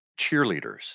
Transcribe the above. cheerleaders